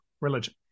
religion